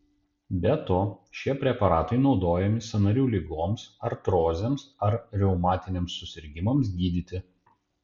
be to šie preparatai naudojami sąnarių ligoms artrozėms ar reumatiniams susirgimams gydyti